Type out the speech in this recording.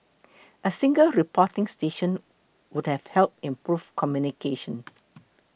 a single reporting station would have helped improve communication